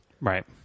Right